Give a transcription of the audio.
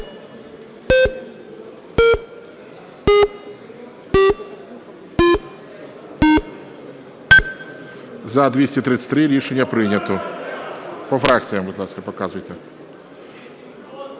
За-233 Рішення прийнято. По фракціям, будь ласка, показуйте.